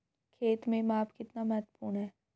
खेत में माप कितना महत्वपूर्ण है?